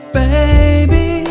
baby